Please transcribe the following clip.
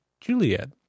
Juliet